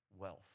wealth